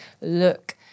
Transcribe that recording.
look